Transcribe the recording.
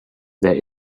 there